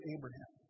Abraham